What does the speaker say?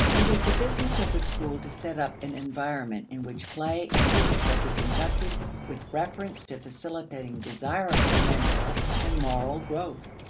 it is the business of the school to set up an environment in which play and work shall be conducted with reference to facilitating desirable mental and moral growth.